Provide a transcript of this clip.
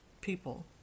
people